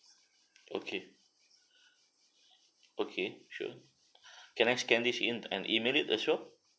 okay okay sure can I scan these in and email it as well